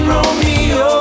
Romeo